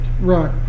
right